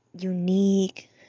unique